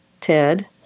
Ted